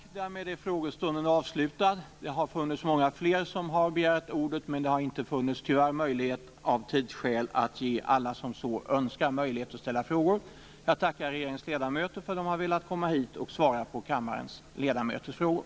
Tack. Därmed är frågestunden avslutad. Det är många fler som har begärt ordet, men det har av tidsskäl tyvärr inte funnits möjlighet att ge alla som så önskar möjlighet att ställa frågor. Jag tackar regeringens ledamöter för att de har velat komma hit och svara på ledamöternas frågor.